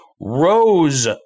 rose